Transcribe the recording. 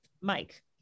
Mike